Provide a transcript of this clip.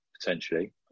potentially